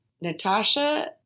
Natasha